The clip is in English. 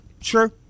sure